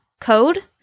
code